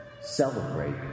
celebrate